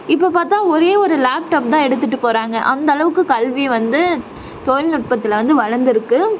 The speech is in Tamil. இப்போ பார்த்தா ஒரே ஒரு லேப்டாப் தான் எடுத்துகிட்டு போகறாங்க அந்த அளவுக்கு கல்வி வந்து தொழில் நுட்பத்தில் வந்து வளர்ந்துருக்குது